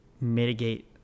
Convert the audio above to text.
mitigate